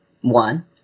one